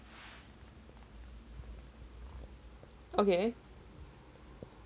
okay